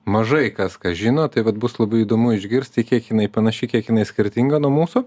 mažai kas ką žino taip vat bus labai įdomu išgirsti kiek jinai panaši kiek jinai skirtinga nuo mūsų